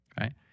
right